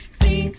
see